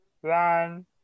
one